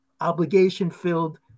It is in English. obligation-filled